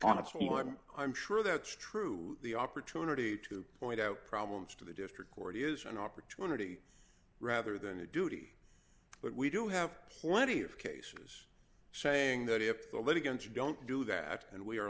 form i'm sure that's true the opportunity to point out problems to the district court is an opportunity rather than a duty but we do have plenty of cases saying that if the litigants don't do that and we are